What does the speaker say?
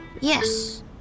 Yes